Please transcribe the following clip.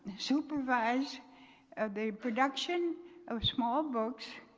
supervise the production of small books,